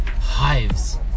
hives